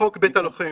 חוק בית הלוחם